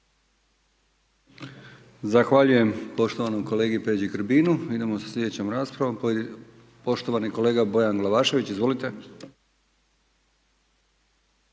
Zahvaljujem poštovanom kolegi Peđi Grbinu. Idemo sa slijedećom raspravom. Poštovani kolega Bojan Glavašević, izvolite.